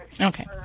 Okay